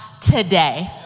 today